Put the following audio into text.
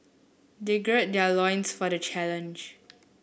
they gird their loins for the challenge